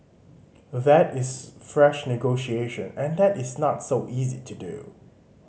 that is fresh negotiation and that is not so easy to do